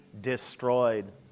destroyed